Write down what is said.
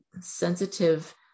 sensitive